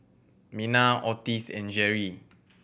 Mena Ottis and Jeri